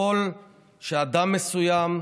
יכול להיות שאדם מסוים,